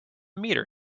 meter